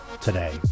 today